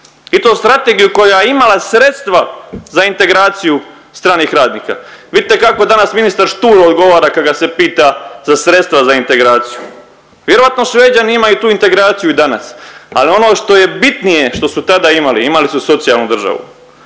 I to strategiju koja je imala sredstva za integraciju stranih radnika. Vidite kako danas ministar šturo odgovara kad ga se pita za sredstva za integraciju. Vjerojatno Šveđani imaju tu integraciju i danas, ali ono što je bitnije što su tada imali, imali su socijalnu državu.